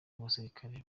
basirikare